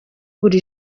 buri